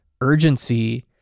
urgency